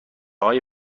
های